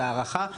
זה הערכה,